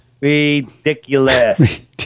Ridiculous